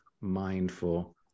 mindful